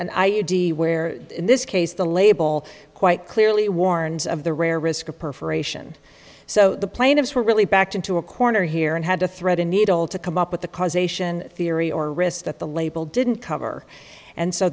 a where in this case the label quite clearly warns of the rare risk of perforation so the plaintiffs were really backed into a corner here and had to thread a needle to come up with the causation theory or risk that the label didn't cover and so